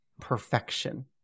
perfection